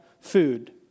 food